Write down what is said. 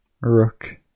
Rook